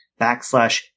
backslash